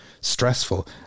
stressful